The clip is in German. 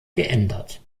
geändert